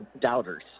doubters